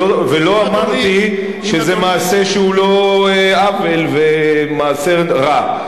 ולא אמרתי שזה לא מעשה שהוא עוול ומעשה רע.